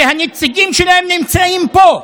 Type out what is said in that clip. שהנציגים שלהם נמצאים פה,